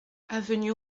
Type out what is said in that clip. avenue